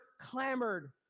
clamored